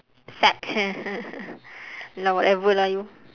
sag ya whatever lah you